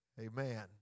Amen